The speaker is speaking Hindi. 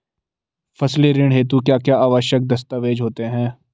फसली ऋण हेतु क्या क्या आवश्यक दस्तावेज़ होते हैं?